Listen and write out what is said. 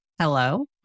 Hello